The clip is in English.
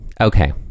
Okay